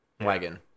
wagon